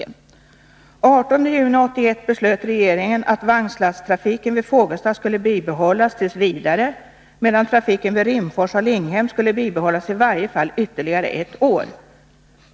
Den 18 juni 1981 beslöt regeringen att vagnslasttrafiken vid Fågelsta skulle bibehållas t. v., medan trafiken vid Rimforsa och Linghem skulle bibehållas i varje fall ytterligare ett år.